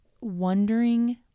wondering